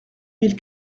mille